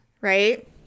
right